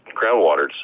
groundwater